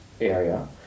area